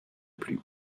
plus